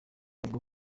avuga